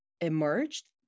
emerged